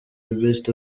best